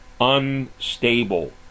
unstable